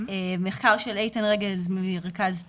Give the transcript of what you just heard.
מחקר של איתן רגב "ממרכז טאוב".